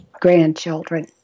grandchildren